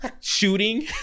Shooting